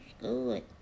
good